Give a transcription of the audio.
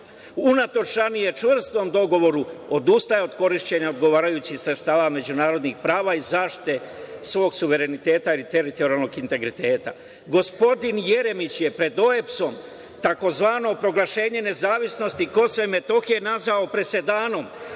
unatoč ranije čvrstom dogovoru odustaje od korišćenja odgovarajućih sredstava međunarodnih prava i zaštite svog suvereniteta i teritorijalnog integriteta. Gospodin Jeremić je pred OEBS-om tzv. proglašenje nezavisnosti KiM nazvao presedanom,